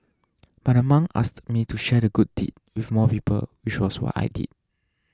but the monk asked me to share the good deed with more people which was what I did